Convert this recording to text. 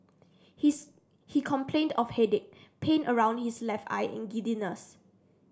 his he complained of headache pain around his left eye and giddiness